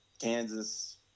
Kansas